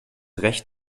recht